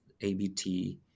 ABT